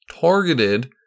targeted